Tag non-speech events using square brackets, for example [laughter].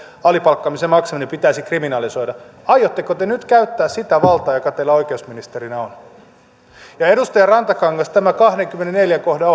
alipalkan maksaminen pitäisi kriminalisoida aiotteko te nyt käyttää sitä valtaa joka teillä oikeusministerinä on ja edustaja rantakangas kysytäänpä tästä kahdenkymmenenneljän kohdan [unintelligible]